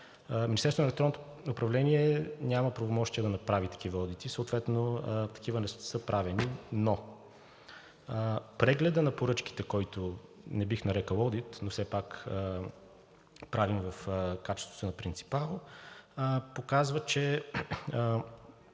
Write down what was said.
Министерството на електронното управление няма правомощия да прави такива одити, съответно такива не са правени, но прегледът на поръчките, който не бих нарекъл одит, но все пак правим в качеството си на принципал, показва, че